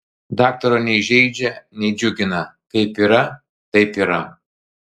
daktaro nei žeidžia nei džiugina kaip yra taip yra